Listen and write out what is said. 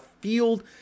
field